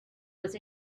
was